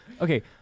okay